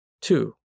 Two